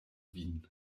vin